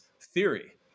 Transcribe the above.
theory